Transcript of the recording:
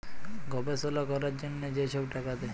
গবেষলা ক্যরার জ্যনহে যে ছব টাকা দেয়